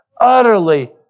Utterly